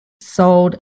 Sold